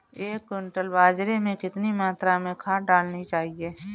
एक क्विंटल बाजरे में कितनी मात्रा में खाद डालनी चाहिए?